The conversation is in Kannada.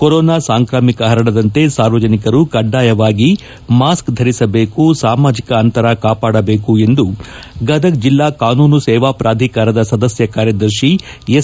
ಕೊರೊನಾ ಸಾಂಕ್ರಾಮಿಕ ಪರಡದಂತೆ ಸಾರ್ವಜನಿಕರು ಕಡ್ಡಾಯವಾಗಿ ಮಾಸ್ಕ್ ಧರಿಸಬೇಕು ಸಾಮಾಜಿಕ ಅಂತರ ಕಾಪಾಡಬೇಕು ಎಂದು ಗದಗ ಜಿಲ್ಲಾ ಕಾನೂನು ಸೇವಾ ಪ್ರಾಧಿಕಾರದ ಸದಸ್ನ ಕಾರ್ಯದರ್ತಿ ಎಸ್